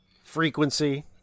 frequency